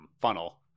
funnel